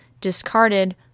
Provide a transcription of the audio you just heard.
discarded